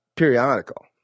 Periodical